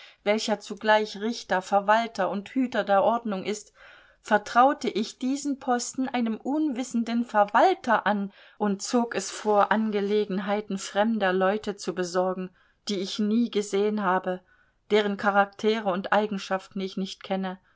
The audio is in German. welcher zugleich richter verwalter und hüter der ordnung ist vertraute ich diesen posten einem unwissenden verwalter an und zog es vor angelegenheiten fremder leute zu besorgen die ich nie gesehen habe deren charaktere und eigenschaften ich nicht kenne